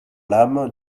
l’âme